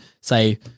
say